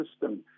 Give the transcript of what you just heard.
system